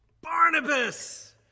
Barnabas